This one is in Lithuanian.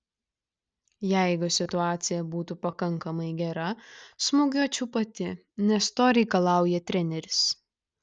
jeigu situacija būtų pakankamai gera smūgiuočiau pati nes to reikalauja treneris